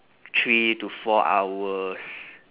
three to four hours